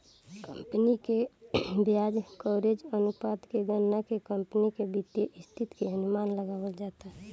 company के ब्याज coverage अनुपात के गणना के कंपनी के वित्तीय स्थिति के अनुमान लगावल जाता